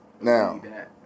Now